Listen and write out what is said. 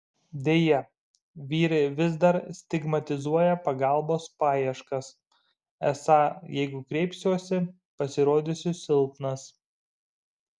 deja vyrai vis dar stigmatizuoja pagalbos paieškas esą jeigu kreipsiuosi pasirodysiu silpnas